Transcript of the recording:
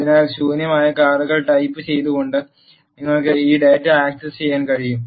അതിനാൽ ശൂന്യമായ കാറുകൾ ടൈപ്പുചെയ്തുകൊണ്ട് നിങ്ങൾക്ക് ഈ ഡാറ്റ ആക്സസ് ചെയ്യാൻ കഴിയും